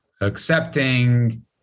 Accepting